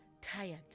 tired